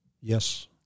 Yes